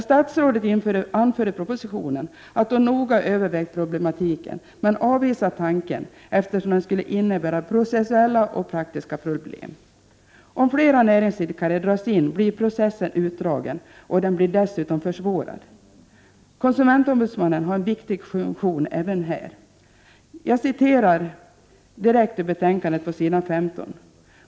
Statsrådet anför i propositionen att hon noga övervägt problematiken men avvisar tanken, eftersom den skulle innebära både processuella och praktiska problem. Om flera näringsidkare dras in blir processen utdragen, och den försvåras dessutom. Konsumentombudsmannen har en viktig funktion även här. Jag citerar direkt ur betänkandet på s. 15.